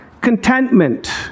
Contentment